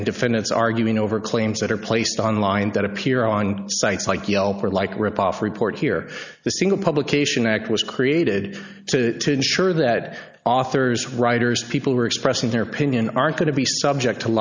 and defendants arguing over claims that are placed on line that appear on sites like yelp or like rip off report here the single publication act was created to ensure that authors writers people who are expressing their opinion aren't going to be subject to